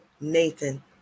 Nathan